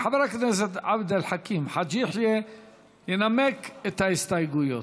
חבר הכנסת עבד אל חכים חאג' יחיא ינמק את ההסתייגויות.